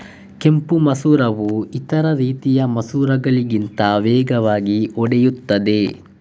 ಕೆಂಪು ಮಸೂರವು ಇತರ ರೀತಿಯ ಮಸೂರಗಳಿಗಿಂತ ವೇಗವಾಗಿ ಒಡೆಯುತ್ತದೆ